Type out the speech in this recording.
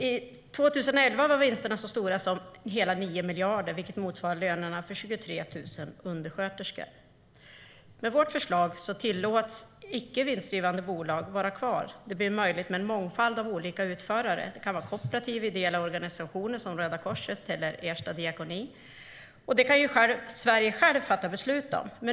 År 2011 var vinsterna så stora som hela 9 miljarder kronor, vilket motsvarar lönerna för 23 000 undersköterskor. Med vårt förslag tillåts icke vinstdrivande bolag att finnas kvar. Det blir då möjligt med en mångfald av olika utförare. Det kan vara kooperativ, ideella organisationer såsom Röda Korset eller stiftelser såsom Ersta diakoni. Det kan Sverige själv fatta beslut om.